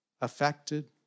affected